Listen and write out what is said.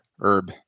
herb